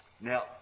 Now